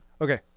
okay